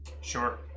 Sure